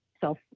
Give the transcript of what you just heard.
self